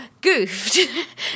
goofed